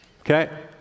Okay